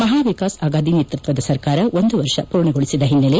ಮಹಾ ಎಕಾಸ್ ಆಗಾದಿ ನೇತೃತ್ವದ ಸರ್ಕಾರ ಒಂದು ವರ್ಷ ಮೂರ್ಣಗೊಳಿಸಿದ ಹಿನ್ನೆಲೆ